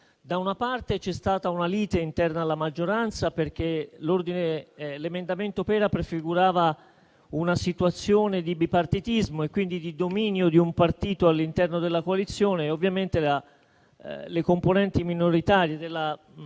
da una parte, c'è stata una lite interna alla maggioranza perché l'emendamento presentato dal senatore Pera prefigurava una situazione di bipartitismo e, quindi, di dominio di un partito all'interno della coalizione e ovviamente le componenti minoritarie della maggioranza,